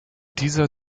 dieser